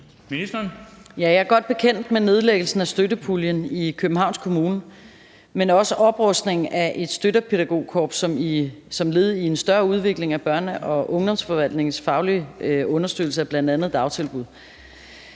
Jeg er godt bekendt med nedlæggelsen af støttepuljen i Københavns Kommune, men også oprustningen af et støttepædagogkorps som led i en større udvikling af børne- og ungdomsforvaltningens faglige understøttelse af bl.a. dagtilbud.